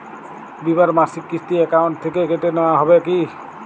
বিমার মাসিক কিস্তি অ্যাকাউন্ট থেকে কেটে নেওয়া হবে কি?